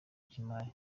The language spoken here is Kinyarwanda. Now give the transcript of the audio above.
cy’imari